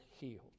healed